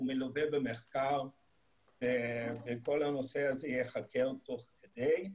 הוא מלווה במחקר וכל הנושא הזה ייחקר תוך כדי.